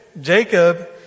Jacob